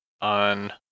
on